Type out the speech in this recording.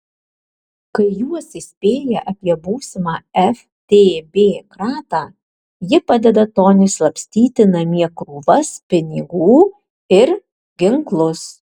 kai juos įspėja apie būsimą ftb kratą ji padeda toniui slapstyti namie krūvas pinigų ir ginklus